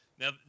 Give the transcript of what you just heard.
Now